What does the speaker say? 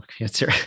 answer